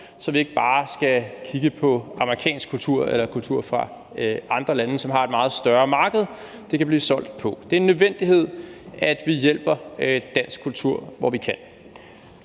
så vi ikke bare skal kigge på amerikansk kultur eller kultur fra andre lande, som har et meget større marked, det kan blive solgt på. Det er en nødvendighed, at vi hjælper dansk kultur, hvor vi kan.